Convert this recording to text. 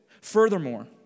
furthermore